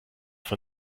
von